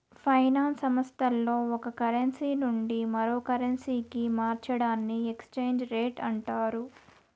finance సంస్థల్లో ఒక currency నుండి మరో కరెన్సీకి మార్చడాన్ని ఎక్స్చేంజ్ రేట్ అంటారు